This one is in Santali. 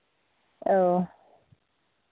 ᱚᱻ